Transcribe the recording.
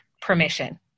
permission